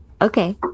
Okay